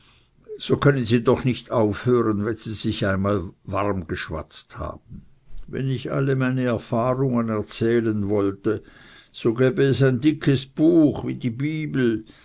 weniger können sie aufhören wenn sie einmal sich warm geschwatzt haben wenn ich alle meine erfahrungen erzählen wollte so gäbe es ein dickes buch wie die bibel